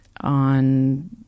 on